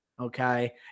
Okay